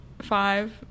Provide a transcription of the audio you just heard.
Five